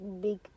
Big